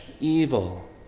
evil